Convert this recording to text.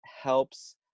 helps